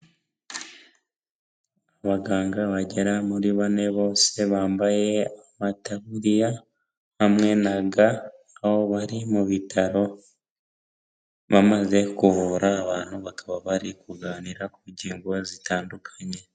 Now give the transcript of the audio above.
Abaganga bagera muri bane bose bambaye amataburiya, hamwe na ga, aho bari mu bitaro, bamaze kuvura abantu bakaba bari kuganira ku ngingo zitandukanye.